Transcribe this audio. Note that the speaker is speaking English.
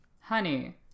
Honey